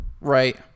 Right